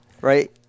Right